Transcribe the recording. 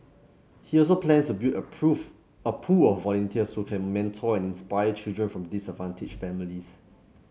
he also plans to build a a pool of volunteers who can mentor and inspire children from disadvantaged families